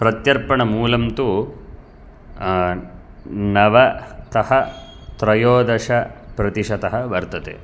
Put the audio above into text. प्रत्यर्पणमूलं तु नवतः त्रयोदशप्रतिशतः वर्तते